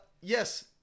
Yes